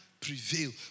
prevail